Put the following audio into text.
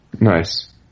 Nice